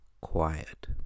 quiet